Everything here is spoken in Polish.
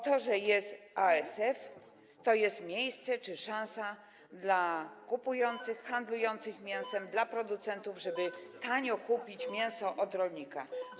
To, że jest ASF, to jest miejsce czy szansa dla kupujących, handlujących mięsem, dla producentów, żeby tanio kupić mięso od rolnika.